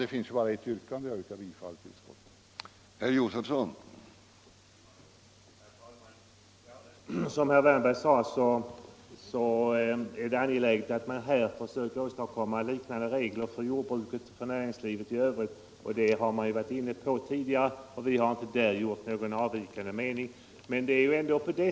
Det finns ju bara ett yrkande, och jag yrkar bifall till utskottets Hemställan.